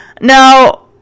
Now